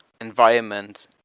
environment